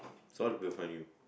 sort will find you